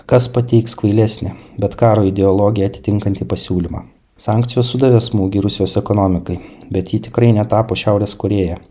kas pateiks kvailesnį bet karo ideologiją atitinkantį pasiūlymą sankcijos sudavė smūgį rusijos ekonomikai bet ji tikrai netapo šiaurės korėja